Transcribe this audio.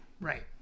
Right